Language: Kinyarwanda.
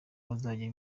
bazajya